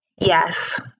Yes